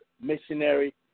Missionary